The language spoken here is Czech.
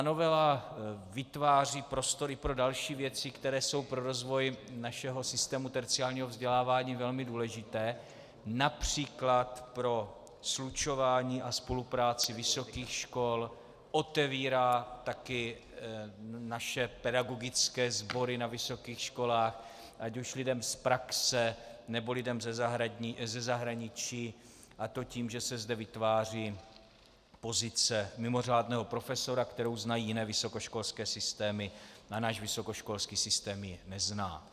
Novela vytváří prostory pro další věci, které jsou pro rozvoj našeho systému terciárního vzdělávání velmi důležité, např. pro slučování a spolupráci vysokých škol, otevírá taky naše pedagogické sbory na vysokých školách ať už lidem z praxe, nebo lidem ze zahraničí, a to tím, že se zde vytváří pozice mimořádného profesora, kterou znají jiné vysokoškolské systémy a náš vysokoškolský systém ji nezná.